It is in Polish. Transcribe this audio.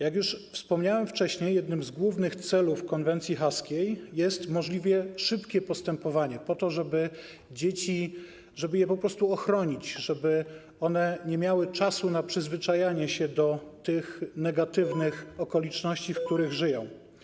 Jak już wspomniałem wcześniej, jednym z głównych celów konwencji haskiej jest możliwie szybkie postępowanie, po to żeby po prostu ochronić dzieci, żeby one nie miały czasu na przyzwyczajanie się do tych negatywnych okoliczności, w których żyją.